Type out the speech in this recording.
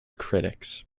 critics